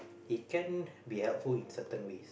it can be helpful in certain ways